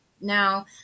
Now